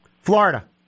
Florida